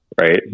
right